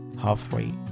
halfway